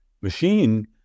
machine